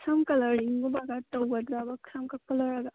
ꯁꯝ ꯀꯂꯔꯤꯡꯒꯨꯝꯕꯒ ꯇꯧꯒꯗ꯭ꯔꯥꯕ ꯁꯝ ꯀꯛꯄ ꯂꯣꯏꯔꯒ